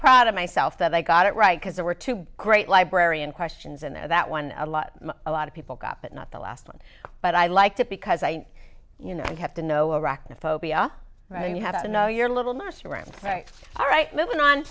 proud of myself that i got it right because there were two great librarian questions and that one a lot a lot of people got but not the last one but i liked it because i you know you have to know arachnophobia you have to know your little mushrooms right all right moving on